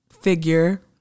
figure